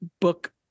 book